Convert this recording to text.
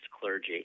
clergy